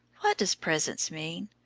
what does presence mean?